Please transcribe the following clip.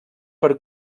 per